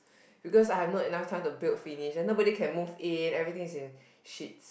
because I have not enough time to build finish then nobody can move in everything is in shits